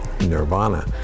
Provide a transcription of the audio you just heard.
nirvana